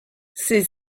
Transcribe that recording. ses